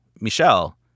Michelle